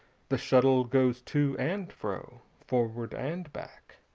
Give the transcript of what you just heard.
the shuttle goes to and fro, forward and back